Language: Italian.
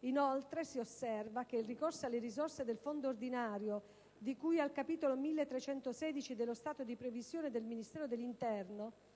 inoltre, si osserva che il ricorso alle risorse del fondo ordinario di cui al capitolo 1316 dello stato di previsione del Ministero dell'interno in questione,